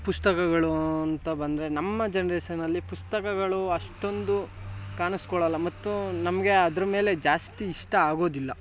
ಪುಸ್ತಕಗಳು ಅಂತ ಬಂದರೆ ನಮ್ಮ ಜನರೇಷನಲ್ಲಿ ಪುಸ್ತಕಗಳು ಅಷ್ಟೊಂದು ಕಾಣಿಸ್ಕೊಳಲ್ಲ ಮತ್ತು ನಮಗೆ ಅದರ ಮೇಲೆ ಜಾಸ್ತಿ ಇಷ್ಟ ಆಗೋದಿಲ್ಲ